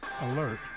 Alert